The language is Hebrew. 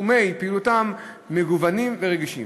שתחומי פעילותם מגוונים ורגישים,